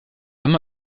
haben